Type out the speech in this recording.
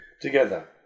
together